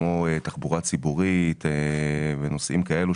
כמו תחבורה ציבורית ונשאים כאלו,